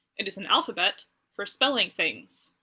it is an alphabet for spelling things.